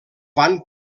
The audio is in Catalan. van